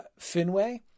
Finway